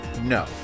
No